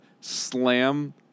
slam